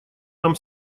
нам